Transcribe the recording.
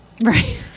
Right